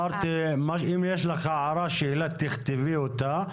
אם יש לך הערה או שאלה תכתבי אותה.